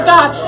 God